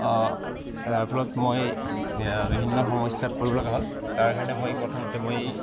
ইয়াৰ ফলত মই বিভিন্ন সমস্যাত পৰিব লগা হ'ল তাৰ কাৰণে মই প্ৰথমতে মই